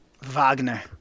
Wagner